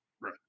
Right